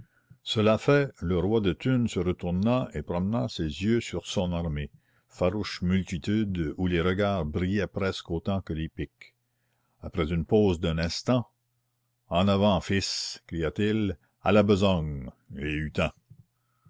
cela fait le roi de thunes se retourna et promena ses yeux sur son armée farouche multitude où les regards brillaient presque autant que les piques après une pause d'un instant en avant fils cria-t-il à la besogne les hutins